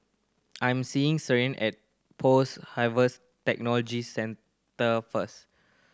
I am seeing Sierra at Post Harvest Technology Centre first